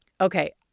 Okay